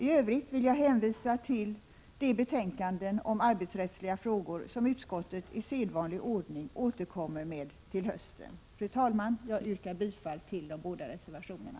I övrigt vill jag hänvisa till de betänkanden om arbetsrättsliga frågor som utskottet i sedvanlig ordning återkommer med till hösten. Fru talman! Jag yrkar bifall till de båda reservationerna.